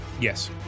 Yes